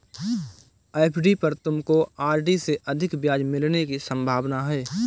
FD पर तुमको RD से अधिक ब्याज मिलने की संभावना है